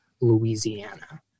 Louisiana